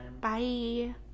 Bye